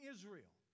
Israel